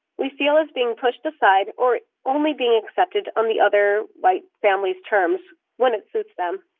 we feel is being pushed aside or only being accepted on the other, white family's terms when it suits them.